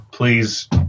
Please